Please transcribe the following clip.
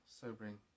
sobering